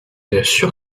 assure